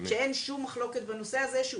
שאין שום מחלוקת בנושא הזה,